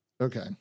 Okay